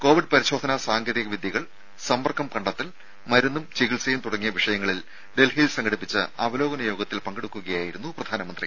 Covid പരിശോധനാ സാങ്കേതിക വിദ്യകൾ സമ്പർക്കം കണ്ടെത്തൽ മരുന്നും ചികിത്സയും തുടങ്ങിയ വിഷയങ്ങളിൽ ഡൽഹിയിൽ സംഘടിപ്പിച്ച അവലോകന യോഗത്തിൽ പങ്കെടുക്കുകയായിരുന്നു പ്രധാനമന്ത്രി